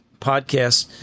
podcast